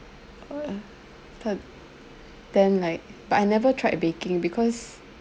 th~ then like but I never tried baking because